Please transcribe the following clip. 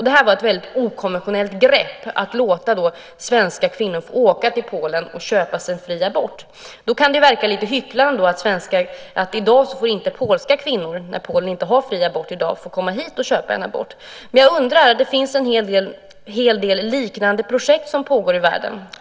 Det var ett väldigt okonventionellt grepp att låta svenska kvinnor åka till Polen och köpa en abort. Då kan det verka som lite hyckleri att polska kvinnor i dag, när Polen inte har fri abort, inte får komma hit och köpa en abort. Det finns en hel del liknande projekt som pågår i världen.